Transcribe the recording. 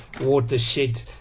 Watershed